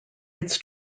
its